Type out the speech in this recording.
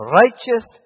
righteous